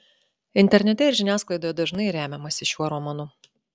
internete ir žiniasklaidoje dažnai remiamasi šiuo romanu